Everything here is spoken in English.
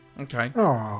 Okay